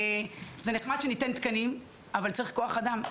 זה נחמד שניתן תקנים, אבל צריך כוח אדם.